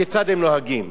כיצד הם נוהגים.